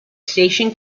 station